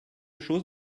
chose